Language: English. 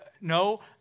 No